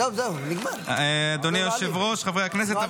אדוני היושב-ראש, חברי הכנסת,